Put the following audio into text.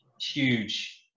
huge